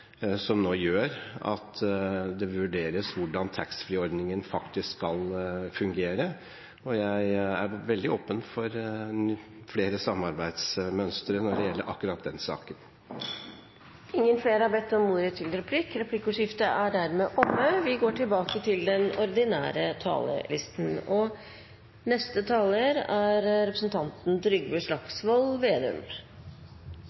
som nå gjør at det vurderes hvordan taxfree-ordningen faktisk skal fungere. Jeg er veldig åpen for flere samarbeidsmønstre når det gjelder akkurat den saken. Replikkordskiftet er omme. Jeg merker at det begynner å nærme seg jul, vi har liksom litt lavere skuldre enn vi hadde her før i høst. Jeg har lyst til